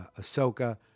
ahsoka